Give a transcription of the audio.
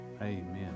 Amen